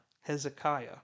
Hezekiah